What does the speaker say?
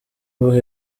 buri